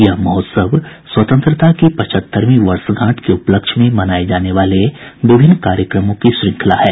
यह महोत्सव स्वतंत्रता की पचहत्तरवीं वर्षगांठ के उपलक्ष्य में मनाये जाने वाले विभिन्न कार्यक्रमों की श्रंखला है